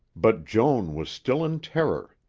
but joan was still in terror.